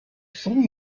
son